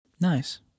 Nice